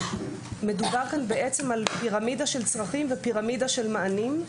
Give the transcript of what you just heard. מדובר כאן בעצם על פירמידה של צרכים ופירמידה של מענים.